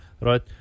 right